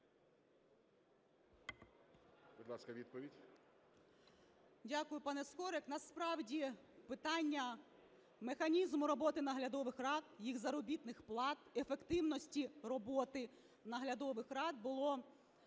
Дякую, пане Скорик. Насправді питання механізму роботи наглядових рад, їх заробітних плат, ефективності роботи наглядових рад було